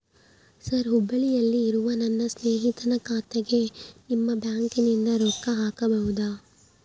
Sir ಹುಬ್ಬಳ್ಳಿಯಲ್ಲಿ ಇರುವ ನನ್ನ ಸ್ನೇಹಿತನ ಖಾತೆಗೆ ನಿಮ್ಮ ಬ್ಯಾಂಕಿನಿಂದ ರೊಕ್ಕ ಹಾಕಬಹುದಾ?